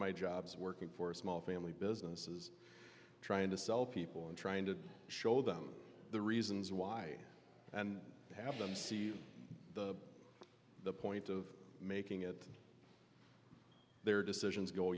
of my jobs working for a small family businesses trying to sell people and trying to show them the reasons why and have them see the point of making it their decisions go